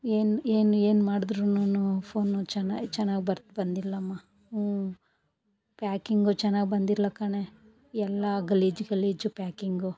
ಏನು ಏನು ಏನು ಮಾಡುದ್ರುನು ಫೋನು ಚೆನ್ನಾ ಚೆನ್ನಾಗ್ ಬರು ಬಂದಿಲ್ಲಮ್ಮ ಹ್ಞೂ ಪ್ಯಾಕಿಂಗು ಚೆನ್ನಾಗ್ ಬಂದಿಲ್ಲ ಕಣೆ ಎಲ್ಲ ಗಲೀಜು ಗಲೀಜು ಪ್ಯಾಕಿಂಗು